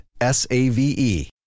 S-A-V-E